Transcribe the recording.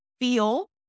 feel